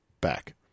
back